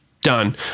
done